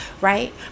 Right